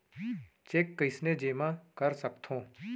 Cheque कईसने जेमा कर सकथो?